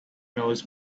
knows